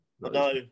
No